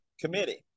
committee